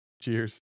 Cheers